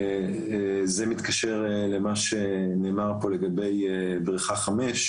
זה מתקשר למה שנאמר פה לגבי בריכה מספר